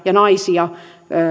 ja naisia